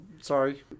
sorry